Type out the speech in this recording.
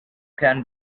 can